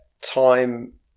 time